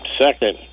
Second